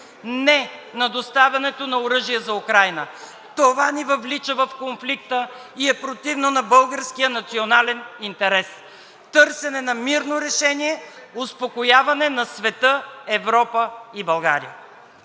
– на доставянето на оръжия за Украйна! Това ни въвлича в конфликта и е противно на българския национален интерес. Търсене на мирно решение, успокояване на света, Европа и България!